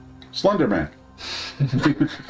Slenderman